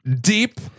deep